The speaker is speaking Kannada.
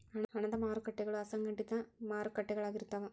ಹಣದ ಮಾರಕಟ್ಟಿಗಳ ಅಸಂಘಟಿತ ಮಾರಕಟ್ಟಿಗಳಾಗಿರ್ತಾವ